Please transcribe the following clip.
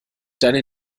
deine